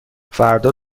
فردا